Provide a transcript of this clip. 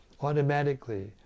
automatically